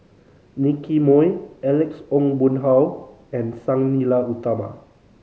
Nicky Moey Alex Ong Boon Hau and Sang Nila Utama